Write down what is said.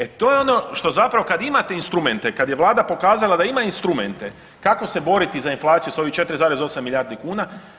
E to je ono što zapravo kad imate instrumente, kad je Vlada pokazala da ima instrumente, kako se boriti za inflaciju s ovih 4,8 milijardi kuna.